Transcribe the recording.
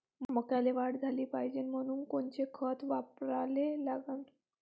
मक्याले वाढ झाली पाहिजे म्हनून कोनचे खतं वापराले लागन?